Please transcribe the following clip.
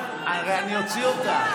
חברת הכנסת גולן, הרי אני אוציא אותך.